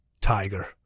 tiger